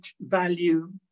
value